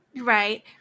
Right